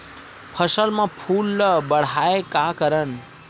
फसल म फूल ल बढ़ाय का करन?